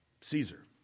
Caesar